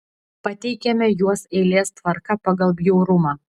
pateikiame juos eilės tvarka pagal bjaurumą